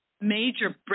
major